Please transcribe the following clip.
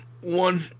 one